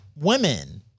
women